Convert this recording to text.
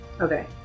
Okay